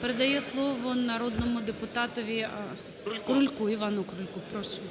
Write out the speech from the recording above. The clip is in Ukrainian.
передає слово народному депутатові Крульку, Івану Крульку, прошу.